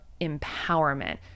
empowerment